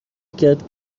کرد